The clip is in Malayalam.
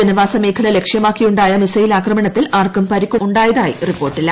ജനവാസമേഖല ലക്ഷ്യമാക്കിയുണ്ടായ മിസൈൽ ആക്രമണത്തിൽ ആർക്കും പരിക്കുണ്ടായതായി റിപ്പോർട്ടില്ല